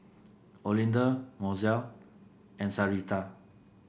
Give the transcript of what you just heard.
Olinda Mozelle and Sarita